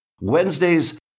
Wednesdays